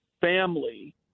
family